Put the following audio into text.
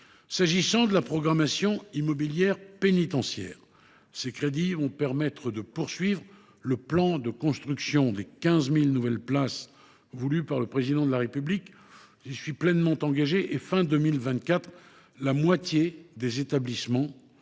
en est de la programmation immobilière pénitentiaire, ces crédits permettront de poursuivre le plan de construction de 15 000 nouvelles places de prison voulu par le Président de la République. J’y suis pleinement engagé, si bien que, à la fin de 2024, la moitié des établissements